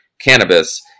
cannabis